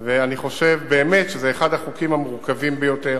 ואני חושב באמת שזה אחד החוקים המורכבים ביותר,